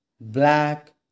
black